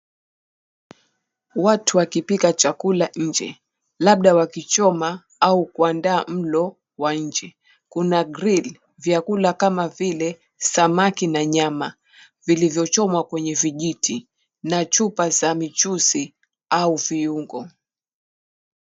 Watu wakipika chakula nje labda wakichoma au kuandaa mlo wa nje. Kuna grill vyakula kama vile samaki na nyama vilivyochomwa kwenye vijiti na chupa za michuzi au viungo.